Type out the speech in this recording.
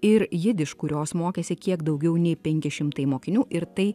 ir jidiš kurios mokėsi kiek daugiau nei penki šimtai mokinių ir tai